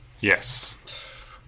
Yes